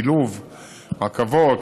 שילוב רכבות,